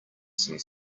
some